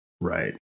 Right